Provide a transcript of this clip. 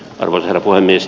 arvoisa puhemies